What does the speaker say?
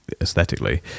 aesthetically